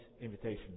invitation